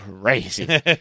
crazy